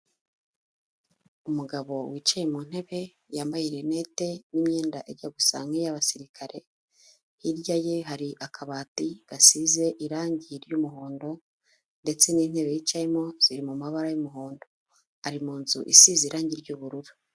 Umugabo wicaye mu ntebe, yambaye rinete n'imyenda ijya gusanga nk'iy'abasirikare, hirya ye hari akabati gasize irangi ry'umuhondo ndetse n'intebe yicayemo ziri mu mabara y'umuhondo, ari mu nzu isize irangi ry'ubururu.